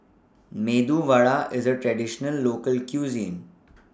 Medu Vada IS A Traditional Local Cuisine